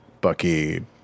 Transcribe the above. Bucky